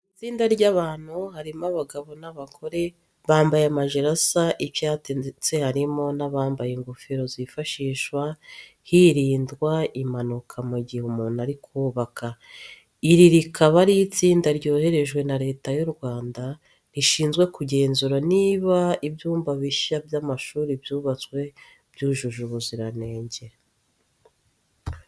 Ni itsinda ry'abantu harimo abagabo n'abagore, bambaye amajire asa icyatsi ndetse harimo n'abambaye ingofero zifashishwa hirindwa impanuka mu gihe umuntu ari kubaka. Iri rikaba ari itsinda ryoherejwe na Leta y'u Rwanda rishinzwe kugenzura niba ibyumba bishya by'amashuri byubatswe byujuje ubuziranenge.